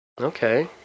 Okay